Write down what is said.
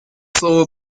слово